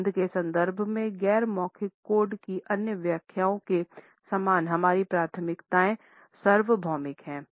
गंध के संदर्भ में गैर मौखिक कोड की अन्य व्याख्याओं के समान हमारी प्राथमिकताएं सार्वभौमिक नहीं हैं